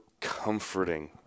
comforting